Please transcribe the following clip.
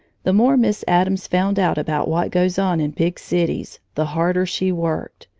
the more miss addams found out about what goes on in big cities, the harder she worked.